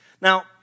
Now